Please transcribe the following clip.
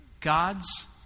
God's